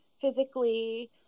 physically